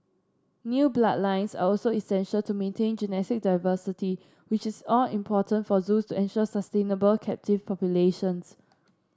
new bloodlines are also essential to maintain genetic diversity which is all important for zoos to ensure sustainable captive populations